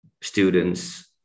students